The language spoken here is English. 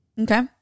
Okay